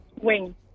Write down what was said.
Wing